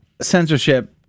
censorship